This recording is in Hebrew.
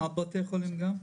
על בתי חולים גם?